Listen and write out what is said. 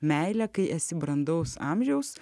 meilę kai esi brandaus amžiaus